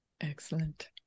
Excellent